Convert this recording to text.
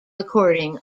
recording